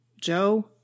Joe